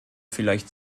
vielleicht